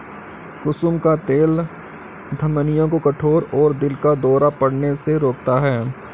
कुसुम का तेल धमनियों को कठोर और दिल का दौरा पड़ने से रोकता है